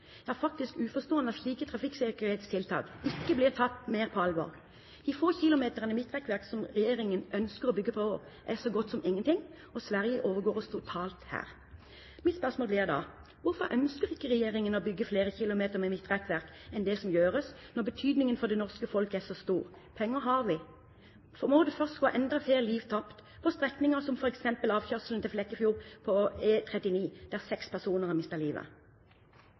faktisk uforståelig at slike trafikksikkerhetstiltak ikke blir tatt mer på alvor. De få kilometrene midtrekkverk som regjeringen ønsker å bygge, er så godt som ingenting, og Sverige overgår oss totalt her. Mitt spørsmål blir da: Hvorfor ønsker ikke regjeringen å bygge flere kilometer med midtrekkverk enn det som gjøres, når betydningen for det norske folk er så stor? Penger har vi. Må det først gå enda flere liv tapt på strekninger som f.eks. avkjørselen til Flekkefjord på E39, der seks personer har mistet livet?